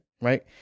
right